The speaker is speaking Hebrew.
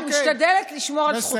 אני משתדלת לשמור על זכותך.